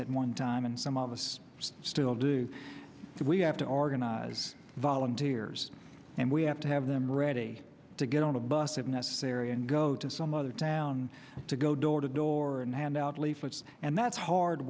at one time and some of us still do we have to organize volunteers and we have to have them ready to get on a bus if necessary and go to some other town to go door to door and hand out leaflets and that's hard